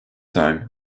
time